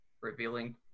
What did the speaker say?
revealing